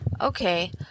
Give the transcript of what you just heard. Okay